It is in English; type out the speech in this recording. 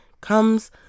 comes